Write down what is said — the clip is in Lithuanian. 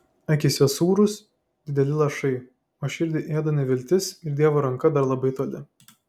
akyse sūrūs dideli lašai o širdį ėda neviltis ir dievo ranka dar labai toli